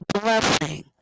blessing